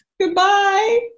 Goodbye